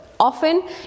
Often